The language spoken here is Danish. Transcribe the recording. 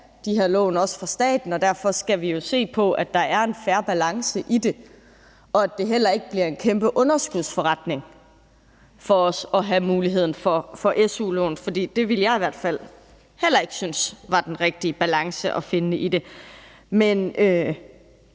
de her lån, også for staten. Derfor skal vi jo se på, at der er en fair balance i det, og at det heller ikke bliver en kæmpe underskudsforretning for os at have muligheden for su-lån, for det ville jeg i hvert fald heller ikke synes var den rigtige balance at finde i det, men